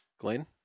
Glenn